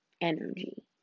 energy